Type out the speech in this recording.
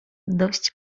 dość